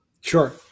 Sure